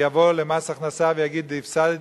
יבוא למס הכנסה ויגיד: הפסדתי,